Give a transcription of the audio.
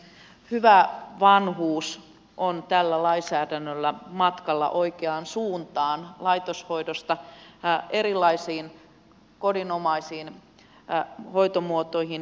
hyvä vanhuus on tällä lainsäädännöllä matkalla oikeaan suuntaan laitoshoidosta erilaisiin kodinomaisiin hoitomuotoihin